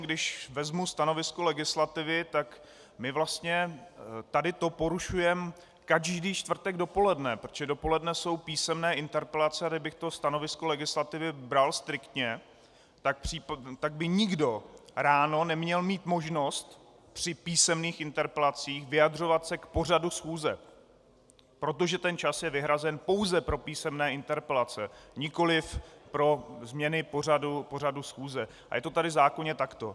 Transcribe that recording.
Když vezmu stanovisko legislativy, tak my vlastně tady to porušujeme každý čtvrtek dopoledne, protože dopoledne jsou písemné interpelace, a kdybych to stanovisko legislativy bral striktně, tak by nikdo ráno neměl mít možnost při písemných interpelacích vyjadřovat se k pořadu schůze, protože ten čas je vyhrazen pouze pro písemné interpelace, nikoliv pro změny pořadu schůze a je to tady v zákoně takto.